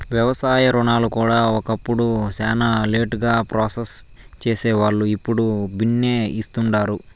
వ్యవసాయ రుణాలు కూడా ఒకప్పుడు శానా లేటుగా ప్రాసెస్ సేసేవాల్లు, ఇప్పుడు బిన్నే ఇస్తుండారు